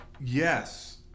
yes